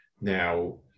Now